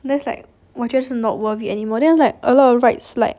that's like just not worth it anymore than like a lot of rides like